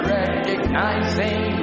recognizing